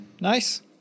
nice